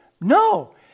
No